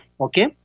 okay